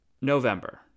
November